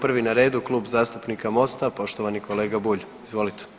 Prvi na redu, Kluba zastupnika Mosta, poštovani kolega Bulj, izvolite.